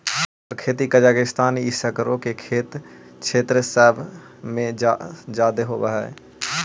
एकर खेती कजाकिस्तान ई सकरो के क्षेत्र सब में जादे होब हई